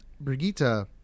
Brigitte